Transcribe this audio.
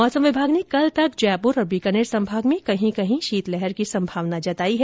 मौसम विभाग ने कल तक जयपुर और बीकानेर संभाग में कहीं कहीं शीतलहर की संभावना जताई है